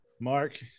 Mark